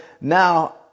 now